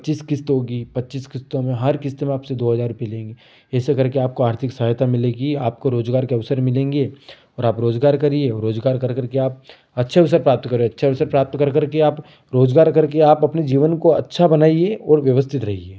पच्चीस किस्त होगी पच्चीस किस्तों में हर किस्त में आपसे दो हज़ार रुपये लेंगे ऐसे करके आपको आर्थिक सहायता मिलेगी आपको रोज़गार के अवसर मिलेंगे और आप रोज़गार करिए और रोज़गार कर करके आप अच्छे अवसर प्राप्त करें अच्छे अवसर प्राप्त कर करके आप रोज़गार करके आप अपने जीवन को अच्छा बनाइए और व्यवस्थित रहिए